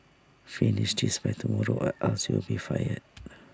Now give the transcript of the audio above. finish this by tomorrow or else you'll be fired